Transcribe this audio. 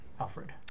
Alfred